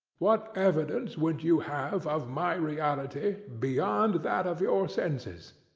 what evidence would you have of my reality beyond that of your senses?